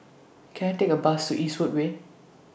Can I Take A Bus to Eastwood Way